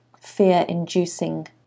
fear-inducing